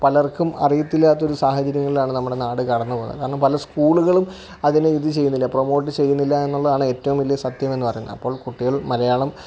പലർക്കും അറിയില്ലാത്ത ഒരു സാഹചര്യങ്ങളിലാണ് നമ്മുടെ നാട് കടന്ന് പോകുന്നത് കാരണം പല സ്കൂളുകളും അതിനെ ഇത് ചെയ്യുന്നില്ല പ്രൊമോട്ട് ചെയ്യുന്നില്ല എന്നുള്ളതാണ് ഏറ്റവും വലിയ സത്യം എന്ന് പറയുന്നത് അപ്പോൾ കുട്ടികൾ മലയാളം